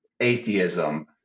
atheism